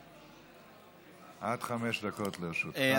עד חמש דקות לרשותך.